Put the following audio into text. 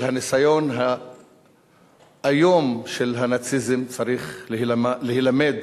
של הניסיון האיום של הנאציזם, צריכים להילמד